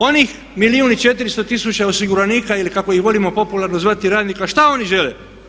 Onih milijun i 400 tisuća osiguranika ili kako ih volimo popularno zvati radnika šta oni žele?